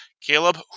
Caleb